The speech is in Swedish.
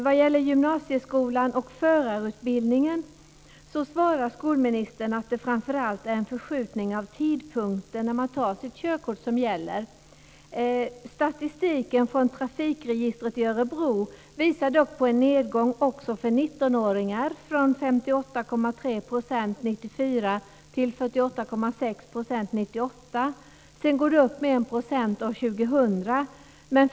Vad gäller gymnasieskolan och förarutbildningen svarar skolministern att det framför allt är en förskjutning av tidpunkten när man tar sitt körkort som gäller. Statistiken från Trafikregistret i Örebro visar dock på en nedgång också för 19-åringar, från 58,3 % år 1994 till 48,6 % år 1998. Sedan går det upp med 1 % år 2000.